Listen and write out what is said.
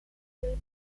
state